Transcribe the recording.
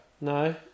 No